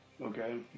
Okay